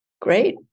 Great